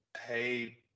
hey